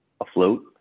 afloat